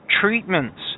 treatments